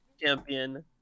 champion